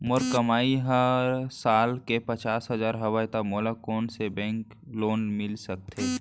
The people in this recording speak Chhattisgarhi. मोर कमाई ह साल के पचास हजार हवय त मोला कोन बैंक के लोन मिलिस सकथे?